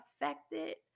affected